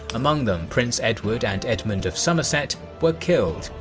among them prince edward and edmund of somerset, were killed,